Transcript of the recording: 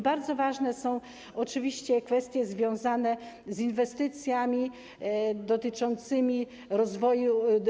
Bardzo ważne są oczywiście kwestie związane z inwestycjami dotyczącymi rozwoju.